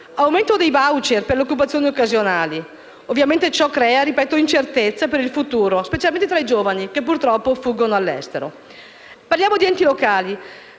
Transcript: aumento dei *voucher* per le occupazioni occasionali. Ovviamente ciò crea incertezza per il futuro, specialmente tra i giovani che, purtroppo, fuggono all'estero. Parliamo di enti locali.